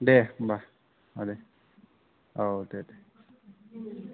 दे होमबा मादै औ दे दे